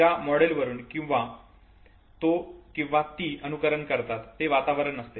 ज्या मॉडेलवरून तो किंवा ती अनुकरण करतात ते वातावरण असते